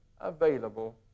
available